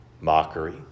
mockery